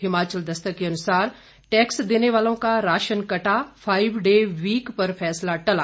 हिमाचल दस्तक के अनुसार टैक्स देने वालों का राशन कटा फाइव डे वीक पर फैसला टला